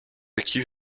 acquis